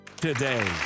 today